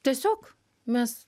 tiesiog mes